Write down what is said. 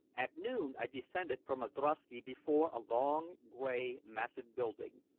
at noon i descended from a drosky before a long, gray, massive building,